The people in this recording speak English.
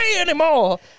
anymore